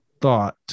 thought